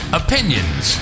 opinions